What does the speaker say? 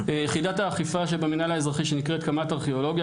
יחידת האכיפה של המינהל האזרחי שנקראת קמ"ט ארכיאולוגיה,